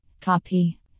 Copy